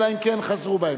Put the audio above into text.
אלא אם כן חזרו בהם.